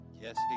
Yes